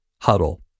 Huddle